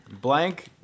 blank